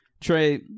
Trey